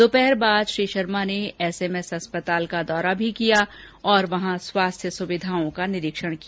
दोपहर बाद श्री शर्मा ने एसएमएस अस्पताल का दौरा भी किया और वहां स्वास्थ्य सुविधाओं का निरीक्षण किया